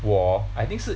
我 I think 是